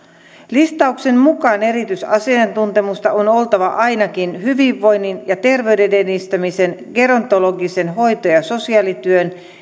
listauksen mukaan erityisasiantuntemusta on oltava ainakin hyvinvoinnin ja terveyden edistämisen gerontologisen hoito ja sosiaalityön